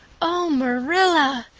oh, marilla!